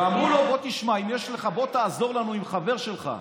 אמרו לו: בוא תעזור לנו עם חבר שלך.